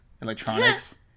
electronics